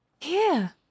Here